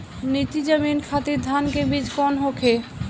नीची जमीन खातिर धान के बीज कौन होखे?